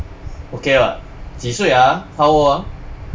okay [what] 几岁啊 how old ah